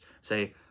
Say